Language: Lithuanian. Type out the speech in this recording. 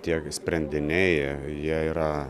tiek sprendiniai jie yra